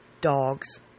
dogs